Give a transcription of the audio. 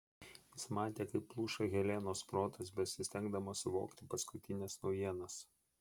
jis matė kaip pluša helenos protas besistengdamas suvokti paskutines naujienas